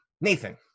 Nathan